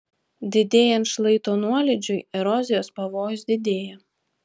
didėjant šlaito nuolydžiui erozijos pavojus didėja